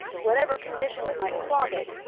whatever conditions might clog it,